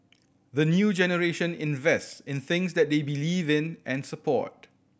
the new generation invest in things that they believe in and support